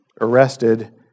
arrested